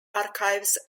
archives